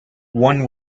one